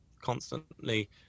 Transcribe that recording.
constantly